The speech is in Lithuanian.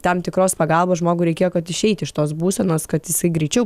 tam tikros pagalbos žmogui reikėjo kad išeiti iš tos būsenos kad jisai greičiau